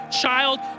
child